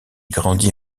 grandit